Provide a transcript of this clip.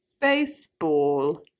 baseball